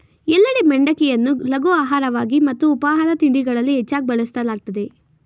ಎಲ್ಲೆಡೆ ಮಂಡಕ್ಕಿಯನ್ನು ಲಘು ಆಹಾರವಾಗಿ ಮತ್ತು ಉಪಾಹಾರ ತಿಂಡಿಗಳಲ್ಲಿ ಹೆಚ್ಚಾಗ್ ಬಳಸಲಾಗ್ತದೆ